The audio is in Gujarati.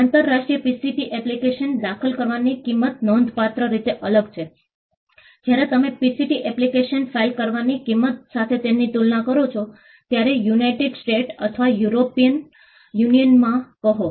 આંતરરાષ્ટ્રીય પીસીટી એપ્લિકેશન દાખલ કરવાની કિંમત નોંધપાત્ર રીતે અલગ છે જ્યારે તમે પીસીટી એપ્લિકેશન ફાઇલ કરવાની કિંમત સાથે તેની તુલના કરો છો ત્યારે યુનાઇટેડ સ્ટેટ્સ અથવા યુરોપિયન યુનિયનમાં કહો